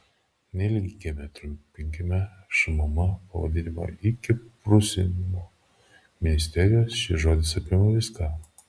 neilginkime trumpinkime šmm pavadinimą iki prusinimo ministerijos šis žodis apima viską